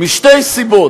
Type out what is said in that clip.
משתי סיבות,